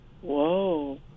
Whoa